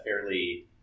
fairly